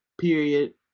period